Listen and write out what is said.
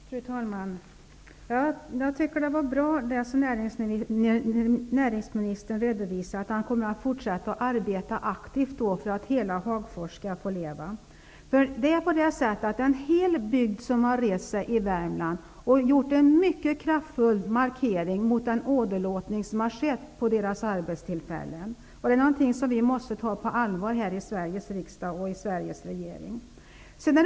Fru talman! Jag tycker att det var bra att näringsministern redovisade att han kommer att fortsätta att arbeta aktivt för att hela Hagfors skall få leva. En hel bygd i Värmland har rest sig och gjort en mycket kraftig markering mot den åderlåtning av arbetstillfällen som där har skett. Detta måste Sveriges riksdag och Sveriges regering ta på allvar.